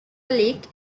lake